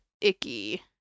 icky